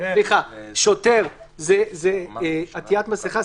שוטר זה עטיית מסכה,